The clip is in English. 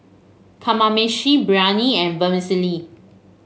Kamameshi Biryani and Vermicelli